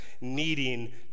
needing